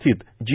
स्थित जी